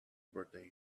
birthday